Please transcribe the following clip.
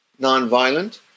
nonviolent